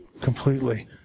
completely